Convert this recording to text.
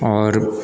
आओर